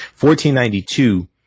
1492